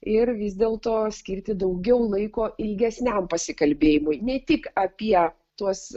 ir vis dėlto skirti daugiau laiko ilgesniam pasikalbėjimui ne tik apie tuos